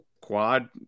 quad